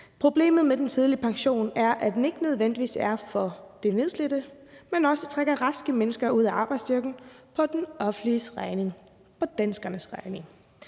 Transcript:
Problemet med den tidlige pension er, at den ikke nødvendigvis er for de nedslidte, men også trækker raske mennesker ud af arbejdsstyrken på det offentliges regning, på danskernes regning.